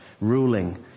ruling